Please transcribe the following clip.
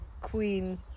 Queen